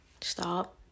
stop